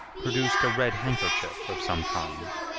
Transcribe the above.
produced a red handkerchief of some kind.